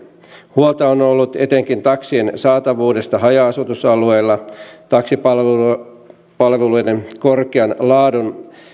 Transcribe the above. huolta on on ollut etenkin taksien saatavuudesta haja asutusalueilla taksipalveluiden korkean laadun